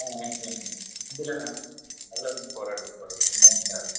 ஆ வாங்கிக்கலாம் மேம் வண்டியெலாம் நல்லாயிருக்கு அதெல்லாம் ஒன்றும் குறை இல்லை குறை இல்லை அதெல்லாம் நல்லாயிருக்கு